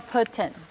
Putin